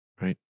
Right